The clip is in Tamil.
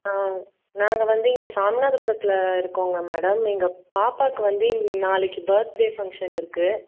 நாங்கள் வந்து இங்கே சாமிநாதபுரத்தில் இருக்கோங்க மேடம் எங்கள் பாப்பாவுக்கு வந்து நாளைக்கு பேர்த்டே ஃபங்க்ஷன் இருக்குது